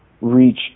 reach